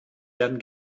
werden